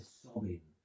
sobbing